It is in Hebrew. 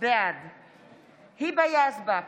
בעד היבה יזבק,